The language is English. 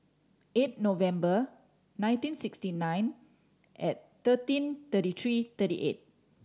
eight November nineteen sixty nine at thirteen thirty three thirty eight